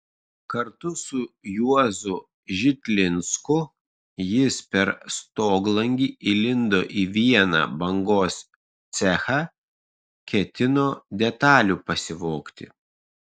kartu su juozu žitlinsku jis per stoglangį įlindo į vieną bangos cechą ketino detalių pasivogti